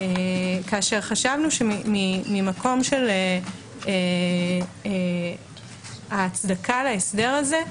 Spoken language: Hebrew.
חשבנו, שממקום של ההצדקה להסדר הזה,